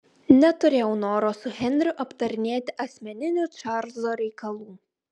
neturėjau noro su henriu aptarinėti asmeninių čarlzo reikalų